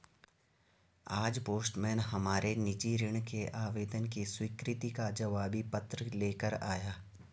आज पोस्टमैन हमारे निजी ऋण के आवेदन की स्वीकृति का जवाबी पत्र ले कर आया